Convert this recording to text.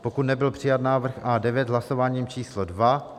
pokud nebyl přijat návrh A9 hlasováním číslo dvě